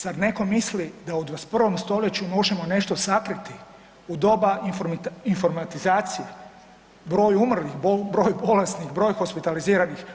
Sada netko misli da u 21. stoljeću možemo nešto sakriti u doba informatizacije o broju umrlih, broju bolesnih, broju hospitaliziranih?